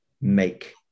make